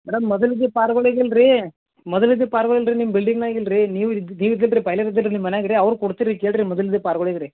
madam ಮೊದಲಿದ್ದ ಪಾರ್ಗೋಳು ಈಗ ಇಲ್ಲ ರಿ ಮೊದಲು ಇದ್ದ ಪಾರ್ಗೋ ಇಲ್ಲ ರಿ ನಿಮ್ಮ ಬಿಲ್ಡಿಂಗ್ನಾಗ ಇಲ್ಲ ರಿ ನೀವು ಇದ್ದಿದ್ದ ರೀ ಪೈಲೆ ಇದ್ದಿರು ನಿಮ್ಮ ಮನ್ಯಾಗ ರೀ ಅವ್ರು ಕೊಡ್ತೀರು ರೀ ಕೇಳಿರಿ ಮೊದಲಿದ್ದಿದ್ದ ಪಾರ್ಗೋಳಿಗೆ ರೀ